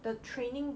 the training